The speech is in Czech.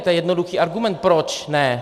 To je jednoduchý argument, proč ne.